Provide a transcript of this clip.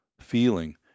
feeling